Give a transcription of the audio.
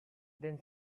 then